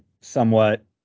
somewhat